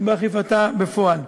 ובאכיפתה בפועל.